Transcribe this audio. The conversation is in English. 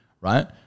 right